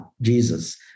Jesus